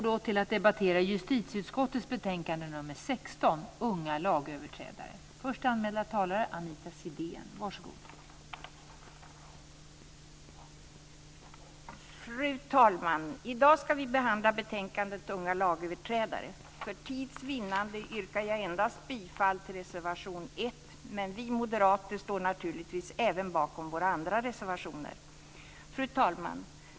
För tids vinnande yrkar jag bifall endast till reservation 1, men vi moderater står naturligtvis bakom även våra andra reservationer. Fru talman!